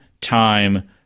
time